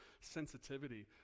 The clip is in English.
sensitivity